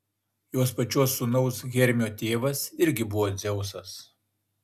jos pačios sūnaus hermio tėvas irgi buvo dzeusas